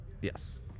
Yes